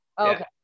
Okay